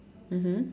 mmhmm